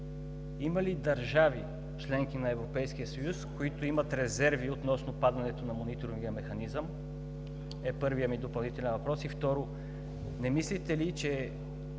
има ли държави – членки на Европейския съюз, които имат резерви относно падането на Мониторинговия механизъм, е първият ми допълнителен въпрос? Второ, не мислите ли, че